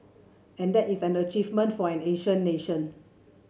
and that is an achievement for an Asian nation